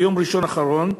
ביום ראשון האחרון בערב,